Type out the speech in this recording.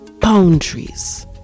boundaries